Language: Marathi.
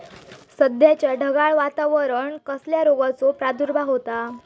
सध्याच्या ढगाळ वातावरणान कसल्या रोगाचो प्रादुर्भाव होता?